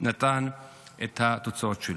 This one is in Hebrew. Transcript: את התוצאות שלו.